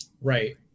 Right